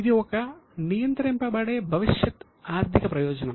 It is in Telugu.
ఇది ఒక నియంత్రించబడే భవిష్యత్ ఆర్థిక ప్రయోజనం